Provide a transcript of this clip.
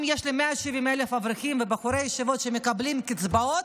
אם יש לי 170,000 אברכים ובחורי ישיבות שמקבלים קצבאות,